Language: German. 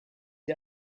ihr